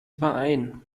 überein